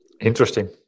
Interesting